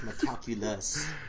Calculus